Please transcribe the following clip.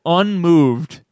unmoved